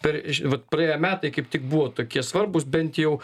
per ž vat praėję metai kaip tik buvo tokie svarbūs bent jau